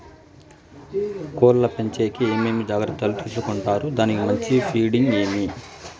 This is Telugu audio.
కోళ్ల పెంచేకి ఏమేమి జాగ్రత్తలు తీసుకొంటారు? దానికి మంచి ఫీడింగ్ ఏమి?